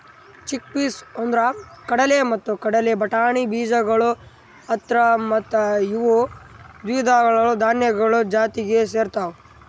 chickpeas ಅಂದುರ್ ಕಡಲೆ ಮತ್ತ ಕಡಲೆ ಬಟಾಣಿ ಬೀಜಗೊಳ್ ಅಂತಾರ್ ಮತ್ತ ಇವು ದ್ವಿದಳ ಧಾನ್ಯಗಳು ಜಾತಿಗ್ ಸೇರ್ತಾವ್